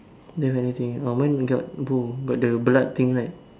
don't have anything orh mine got bull got the blood thing right